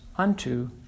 Unto